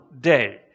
day